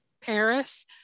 Paris